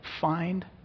find